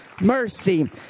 mercy